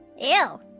Ew